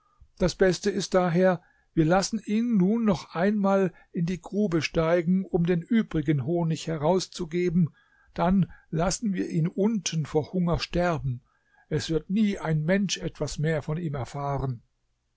das beste ist daher wir lassen ihn nun noch einmal in die grabe steigen um den übrigen honig herauszugeben dann lassen wir ihn unten vor hunger sterben es wird nie ein mensch etwas mehr von ihm erfahren